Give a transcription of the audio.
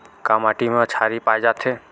का माटी मा क्षारीय पाए जाथे?